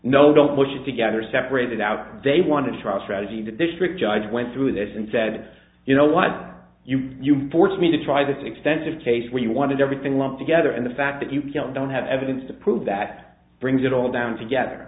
no don't push it together separated out they want to trial strategy the district judge went through this and said you know what you forced me to try this extensive case where you wanted everything lumped together in the fact that you can't don't have evidence to prove that brings it all down together